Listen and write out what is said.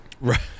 Right